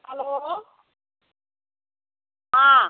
hello हाँ